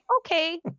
okay